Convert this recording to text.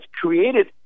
created